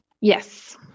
Yes